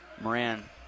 Moran